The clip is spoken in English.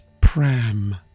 pram